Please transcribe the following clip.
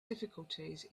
difficulties